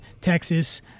texas